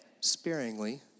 sparingly